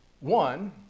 One